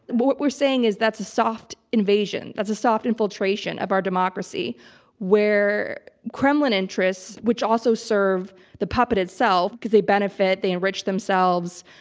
what we're saying is that's a soft invasion. that's a soft infiltration of our democracy where kremlin interests, which also serve the puppet itself because they benefit, they enrich themselves,